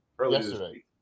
Yesterday